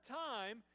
time